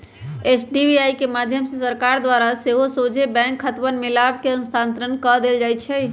DBT के माध्यम से सरकार द्वारा सेहो सोझे बैंक खतामें लाभ के स्थानान्तरण कऽ देल जाइ छै